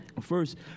First